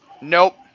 Nope